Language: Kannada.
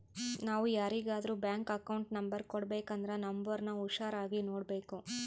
ನಾವು ಯಾರಿಗಾದ್ರೂ ಬ್ಯಾಂಕ್ ಅಕೌಂಟ್ ನಂಬರ್ ಕೊಡಬೇಕಂದ್ರ ನೋಂಬರ್ನ ಹುಷಾರಾಗಿ ನೋಡ್ಬೇಕು